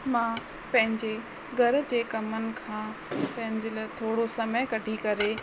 मां पंहिंजे घर जे कमनि खां पंहिंजे लाइ थोरो समय कढी करे